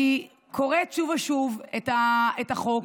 אני קוראת שוב ושוב את החוק,